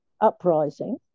uprising